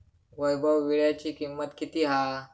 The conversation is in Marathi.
वैभव वीळ्याची किंमत किती हा?